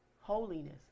holiness